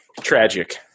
Tragic